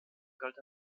galt